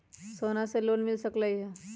सोना से लोन मिल सकलई ह?